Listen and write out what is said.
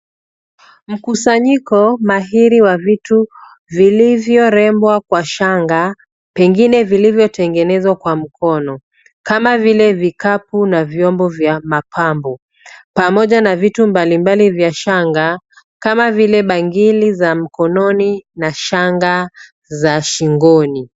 Mkusanyiko mahiri wa vitu vilivyorembwa kwa shanga, pengine vilivyotengenezwa kwa mkono kama vile vikapu na vyombo vya mapambo, pamoja na vitu mbalimbali vya shanga kama vile bangili za mkononi na shanga za shingoni.